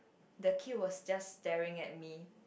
the kid was just staring at me